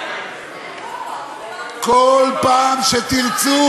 בכל פעם שתרצו